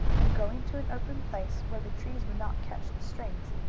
and, going to an open place, where the trees would not catch the strings,